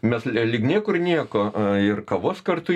mes lyg niekur nieko ir kavos kartu